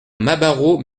masbaraud